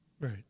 Right